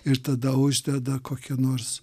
ir tada uždeda kokią nors